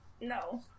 no